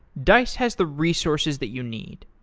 dice has the resources that you need.